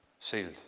sealed